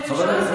ממשלה מתפקדת,